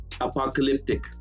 apocalyptic